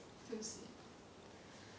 too sian